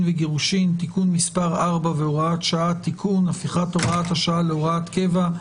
וגירושין) (תיקון מס' 4 והוראת שעה) (תיקון) (הפיכת הוראת השעה להוראת קבע),